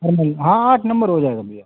formal हाँ आठ number हो जाएगा भैया